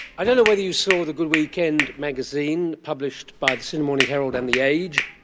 i don't know whether you saw the good weekend magazine published by the sydney morning herald and the age,